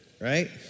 right